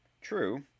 True